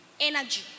energy